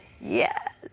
Yes